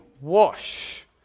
Wash